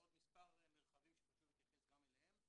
חשוב לי לומר שהדיון משודר.